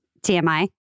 TMI